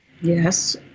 Yes